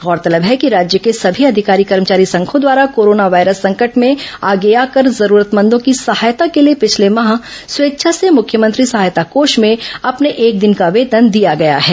गौरतलब है कि राज्य के सभी अधिकारी कर्मचारी संघों द्वारा कोरोना वायरस संकट में आगे आकर जरूरतमंदों की सहायता के लिए पिछले माह स्वेच्छा से मुख्यमंत्री सहायता कोष में अपने एक दिन का वेतन दिया गया है